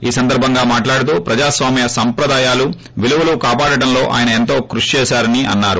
ఈ సందర్బంగా మాట్లాడుతూ ప్రజాస్వామ్య సంప్రదాయాలు విలువలు కాపాడటంలో ఆయన ఎంతగానో కృషి చేశారని అన్నారు